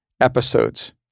episodes